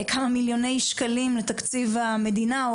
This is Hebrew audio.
כמה מיליוני שקלים לתקציב המדינה,